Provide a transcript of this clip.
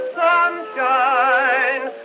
sunshine